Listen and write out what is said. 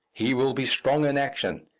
he will be strong in action,